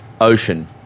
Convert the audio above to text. Ocean